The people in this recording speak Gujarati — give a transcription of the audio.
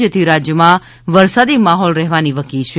જેથી રાજ્યમાં વરસાદી માહોલ રહેવાની વકી છે